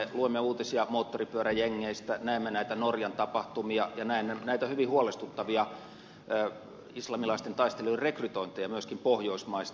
luemme uutisia moottoripyöräjengeistä näemme näitä norjan tapahtumia ja näitä hyvin huolestuttavia islamilaisten taistelijoiden rekrytointeja myöskin pohjoismaista